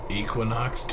equinox